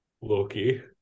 loki